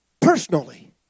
personally